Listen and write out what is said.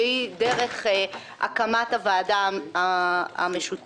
שהיא דרך הקמת הוועדה המשותפת.